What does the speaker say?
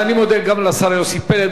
אז אני מודה לשר יוסי פלד,